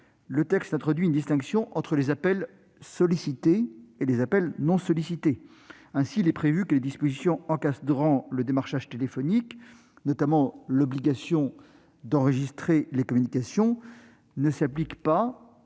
il introduit une distinction entre les appels sollicités et non sollicités. Ainsi, il est prévu que les dispositions encadrant le démarchage téléphonique, notamment l'obligation d'enregistrer les communications, ne s'appliquent pas